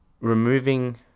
removing